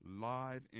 live